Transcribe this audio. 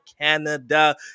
Canada